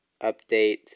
update